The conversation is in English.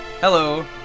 Hello